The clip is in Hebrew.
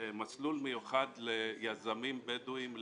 מסלול מיוחד ליזמים בדואים,